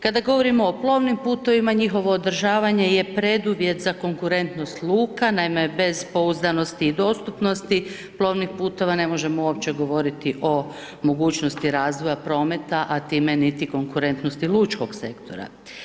Kada govorimo o plovnim putevima, njihovo održavanje je preduvjet, za konkurentnost luka, naime, bez pouzdanosti i dostupnosti plovnih putova, ne možemo uopće govoriti o mogućnosti razvoja prometa a time niti konkurentnosti lučkog sektora.